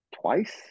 twice